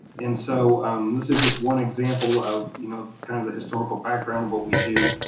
and so this is just one example of you know kind of the historical background of what we do.